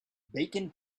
bacon